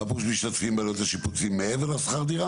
הצעה לסדר-היום של חברי הכנסת: